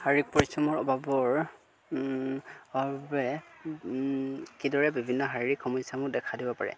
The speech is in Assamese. শাৰীৰিক পৰিশ্ৰমৰ অভাৱৰ অভাৱৰ বাবে কিদৰে বিভিন্ন শাৰীৰিক সমস্যাসমূহে দেখা দিব পাৰে